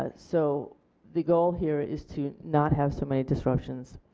ah so the goal here is to not have so many disruptions.